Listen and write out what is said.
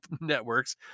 networks